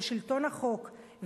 של שלטון החוק,